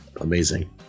amazing